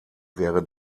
wäre